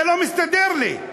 זה לא מסתדר לי.